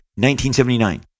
1979